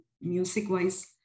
music-wise